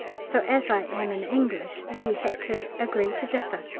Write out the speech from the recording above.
so as i am an english we had to agree to differ.